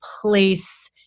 place